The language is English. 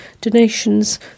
Donations